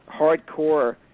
hardcore